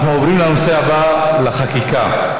אנחנו עוברים לנושא הבא, לחקיקה.